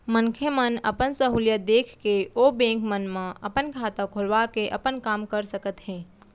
मनखे मन अपन सहूलियत देख के ओ बेंक मन म अपन खाता खोलवा के अपन काम कर सकत हें